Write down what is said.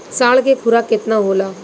साँढ़ के खुराक केतना होला?